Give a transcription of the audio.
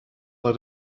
let